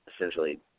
Essentially